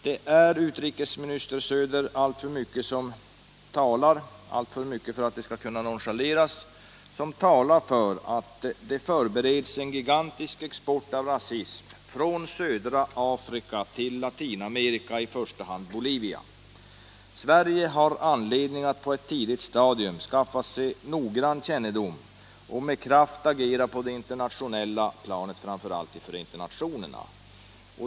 Det är, utrikesminister Söder, alltför mycket för att det skall kunna nonchaleras som talar för att det förbereds en gigantisk export av rasism från södra Afrika till Latinamerika, i första hand Bolivia. Sverige har anledning att på ett tidigt stadium skaffa sig noggrann kännedom om detta och med kraft agera på det internationella planet, framför allt i FN.